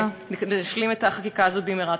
ואני מקווה שנשלים את החקיקה הזאת במהרה.